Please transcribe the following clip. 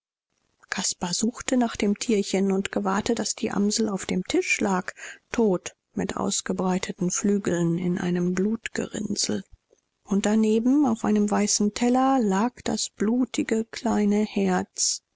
caspar suchte nach dem tierchen und gewahrte daß die amsel auf dem tisch lag tot mit ausgebreiteten flügeln in einem blutgerinnsel und daneben auf einem weißen teller lag das blutige kleine herz